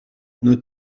nos